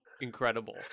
incredible